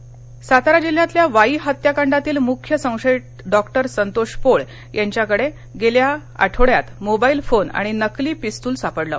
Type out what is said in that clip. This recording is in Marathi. हत्याकांड सातारा जिल्ह्यातल्या वाई हत्याकांडातील मुख्य संशयित डॉक्टर संतोष पोळ याच्याकडे गेल्या आठवड्यात मोबाईल फोन आणि नकली पिस्तूल सापडलं